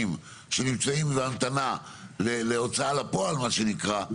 שנמצאים בהמתנה להוצאה לפועל מה שנקרא,